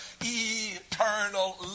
eternal